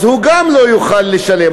אז הוא גם לא יוכל לשלם.